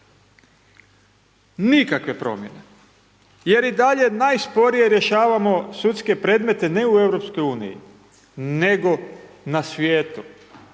Nikakve promjene jer i dalje najsporije rješavamo sudske predmete ne u EU nego na svijetu.